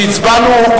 שהצבענו עליו,